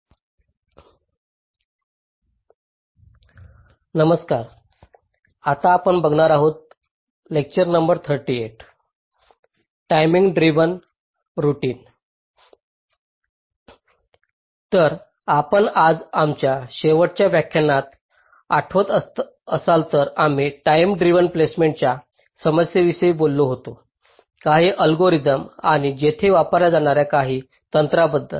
तर जर आपण आमच्या शेवटल्या व्याख्यानात आठवत असाल तर आम्ही टाईम ड्रिव्हन प्लेसमेंटच्या समस्यांविषयी बोलत होतो काही अल्गोरिदम आणि तेथे वापरल्या जाणार्या काही तंत्रांबद्दल